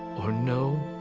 or no,